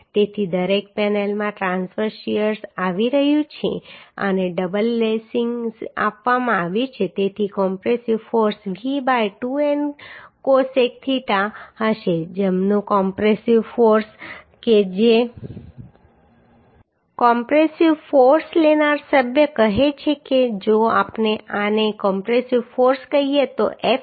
તેથી દરેક પેનલમાં ટ્રાંસવર્સ શીયર આવી રહ્યું છે અને ડબલ લેસિંગ આપવામાં આવ્યું છે તેથી compressive force V by 2N cosec theta હશે કોમ્પ્રેસિવ ફોર્સ કે જે કોમ્પ્રેસિવ ફોર્સ લેનાર સભ્ય કહે છે કે જો આપણે આને કોમ્પ્રેસિવ ફોર્સ કહીએ તો F કહો